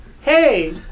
Hey